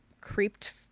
creeped